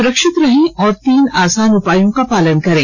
सुरक्षित रहें और तीन आसान उपायों का पालन करें